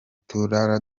turara